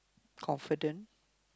confident